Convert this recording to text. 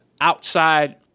outside